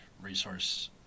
resource